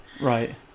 Right